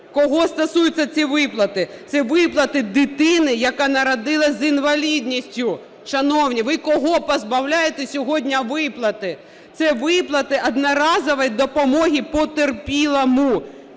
Кого стосуються ці виплати? Це виплати дитини, яка народилась з інвалідністю. Шановні, ви кого позбавляєте сьогодні виплати? Це виплати одноразової допомоги потерпілому,